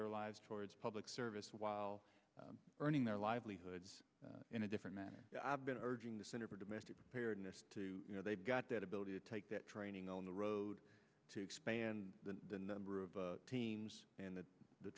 their lives towards public service while earning their livelihoods in a different manner i've been urging the center for domestic preparedness to you know they've got that ability to take that training on the road to expand the number of teams and the